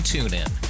TuneIn